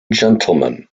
gentleman